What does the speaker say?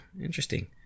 interesting